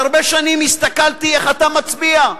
הרבה שנים הסתכלתי איך אתה מצביע,